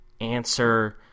answer